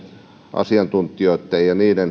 asiantuntijoitten